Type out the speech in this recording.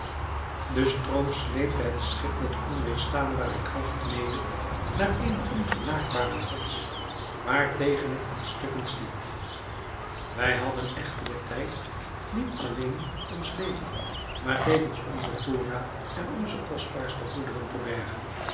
de stroom sleepte het schip met onweerstaanbare kracht mede naar eene ongenaakbare rots waar tegen het aan stukken stiet wij hadden echter den tijd niet alleen ons leven maar tevens onzen voorraad en onze kostbaarste goederen te bergen